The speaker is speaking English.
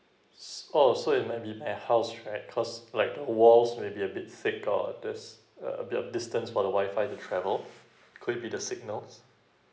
oh so it might be like a house right cause like the walls maybe a bit thick or there's a bit of distance for the WI-FI the travel could it be the signals